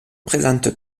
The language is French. présente